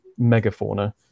megafauna